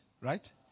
Right